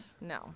No